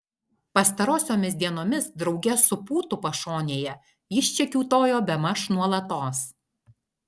pastarosiomis dienomis drauge su pūtu pašonėje jis čia kiūtojo bemaž nuolatos